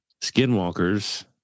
skinwalkers